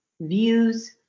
views